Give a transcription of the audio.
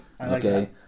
Okay